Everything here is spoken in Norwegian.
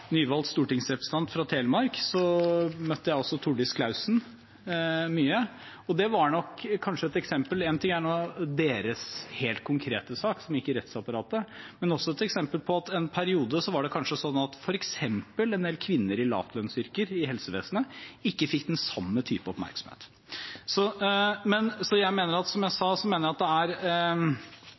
Tordis Klausen mye, og det kan kanskje være et eksempel. Én ting er deres helt konkrete sak, som gikk i rettsapparatet, men det var også et eksempel på at i en periode var det kanskje sånn at f.eks. en del kvinner i lavlønnsyrker i helsevesenet ikke fikk den samme type oppmerksomhet. Som jeg sa, mener jeg at det er lovsporet man må se på her, det er vår jobb som politikere. Og selv om jeg nå har sagt at